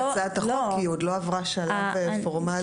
כי היא עוד לא עברה שלב פורמלי.